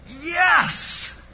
Yes